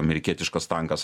amerikietiškas tankas